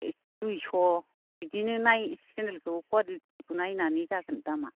दुइस' बिदिनो सेनदेल खौ कुवालिटि खौ नायनानै जागोन दामआ